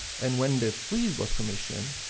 and when the frieze was commissioned,